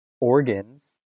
organs